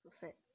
so sad